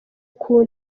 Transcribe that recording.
uko